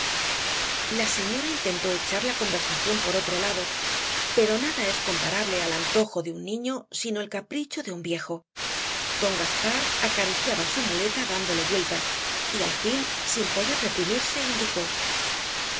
la señora intentó echar la conversación por otro lado pero nada es comparable al antojo de un niño sino el capricho de un viejo don gaspar acariciaba su muleta dándole vueltas y al fin sin poder reprimirse indicó